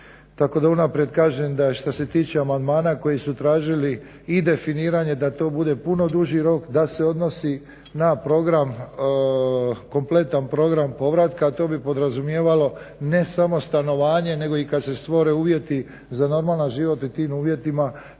Tako da unaprijed kažem da što se tiče amandmana koji su tražili i definiranje da to bude puno duži rok, da se odnosi na kompletan program povratka, a to bi podrazumijevalo ne samo stanovanje nego i kad se stvore uvjeti za normalan život pod tim uvjetima.